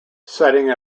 setting